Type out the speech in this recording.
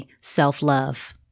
self-love